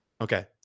Okay